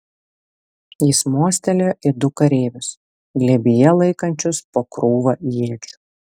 jis mostelėjo į du kareivius glėbyje laikančius po krūvą iečių